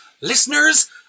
listeners